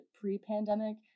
pre-pandemic